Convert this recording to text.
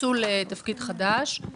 יוקצו לתפקיד חדש.